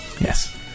Yes